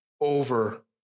over